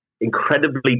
incredibly